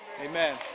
amen